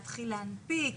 להתחיל להנפיק?